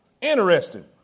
Interesting